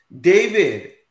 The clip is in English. David